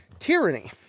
tyranny